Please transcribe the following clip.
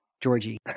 Georgie